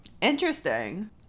Interesting